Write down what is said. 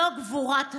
זו גבורת השעה.